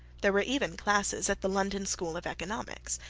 there were even classes at the london school of economics,